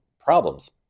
problems